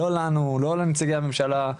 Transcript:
לא לנו, לא לנציגי הממשלה.